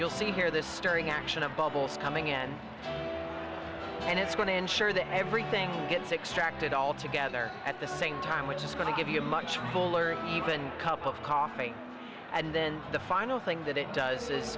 you'll see here this stirring action of bubbles coming in and it's going to ensure that everything gets extracted all together at the same time which is going to give you a much fuller even cup of coffee and then the final thing that it does is